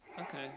Okay